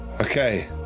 Okay